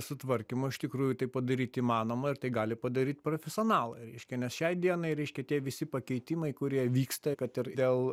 sutvarkymo iš tikrųjų tai padaryt įmanoma ir tai gali padaryt profesionalai reiškia nes šiai dienai reiškia tie visi pakeitimai kurie vyksta kad ir dėl